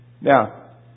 Now